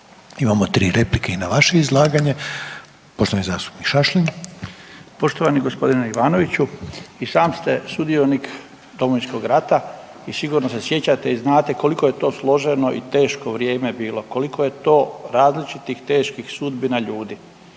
Imamo 3 replike i na vaše izlaganje. Poštovani zastupnik Šašlin. **Šašlin, Stipan (HDZ)** Poštovani gospodine Ivanoviću i sam ste sudionik Domovinskog rata i sigurno se sjećate i znate koliko je to složeno i teško vrijeme bilo, koliko je to različitih teških sudbina ljudi.